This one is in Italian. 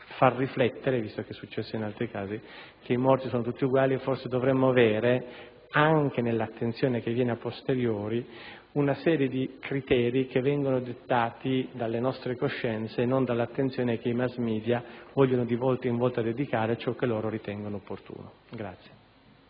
far riflettere - visto che è successo anche in altri casi - sul fatto che i morti sono tutti uguali e forse dovremmo porre anche nell'attenzione a posteriori una serie di criteri che vengano dettati dalle nostre coscienze e non dall'attenzione che i *mass media* intendono, di volta in volta, dedicare a ciò che loro ritengono opportuno.